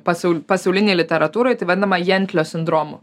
pasau pasaulinėj literatūroj tai vadinama jentlio sindromu